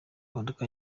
imodoka